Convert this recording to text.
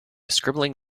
scribbling